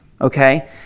okay